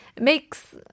makes